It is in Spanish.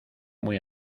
muy